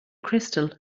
crystal